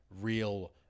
real